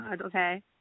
Okay